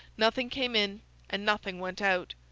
nothing came in and nothing went out.